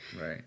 Right